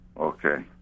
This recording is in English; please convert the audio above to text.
Okay